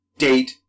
date